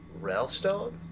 Railstone